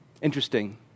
Interesting